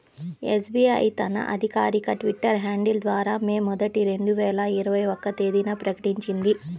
SBI తన అధికారిక Twitter handle ద్వారా మే మొదటి, రెండు వేల ఇరవై ఒక్క తేదీన ప్రకటించింది